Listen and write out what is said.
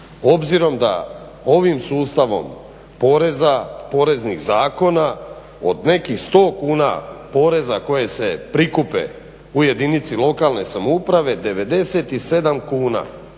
Obzirom da ovim sustavom poreza, poreznih zakona od nekih 100 kuna poreza koje se prikupe u jedinici lokalne samouprave 97 kuna